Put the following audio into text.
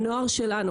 הנוער שלנו,